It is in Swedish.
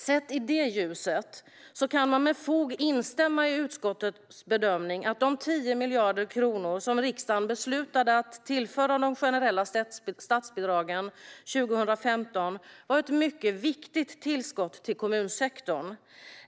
Sett i det ljuset kan man med fog instämma i utskottets bedömning att de 10 miljarder kronor som riksdagen beslutade att tillföra de generella statsbidragen hösten 2015 var ett mycket viktigt tillskott till kommunsektorn.